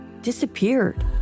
disappeared